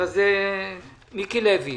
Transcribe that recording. מיקי לוי,